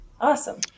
Awesome